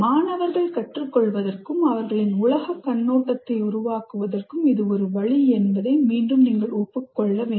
மாணவர்கள் கற்றுக்கொள்வதற்கும் அவர்களின் உலகக் கண்ணோட்டத்தை உருவாக்குவதற்கும் இது ஒரு வழி என்பதை மீண்டும் நீங்கள் ஒப்புக் கொள்ள வேண்டும்